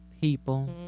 people